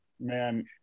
man